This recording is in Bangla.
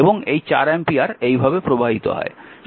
এবং এই 4 অ্যাম্পিয়ার এই ভাবে প্রবাহিত হয়